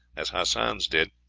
as hassan's did,